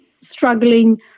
struggling